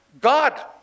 God